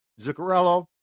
Zuccarello